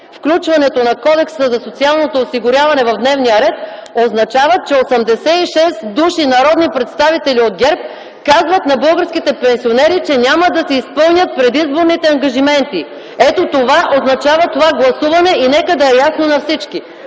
включването на Кодекса за социалното осигуряване в дневния ред означават, че 86 души народни представители от ГЕРБ казват на българските пенсионери, че няма да изпълнят предизборните си ангажименти. Ето какво означава това гласуване, нека да е ясно за всички.